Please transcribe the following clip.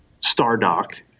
Stardock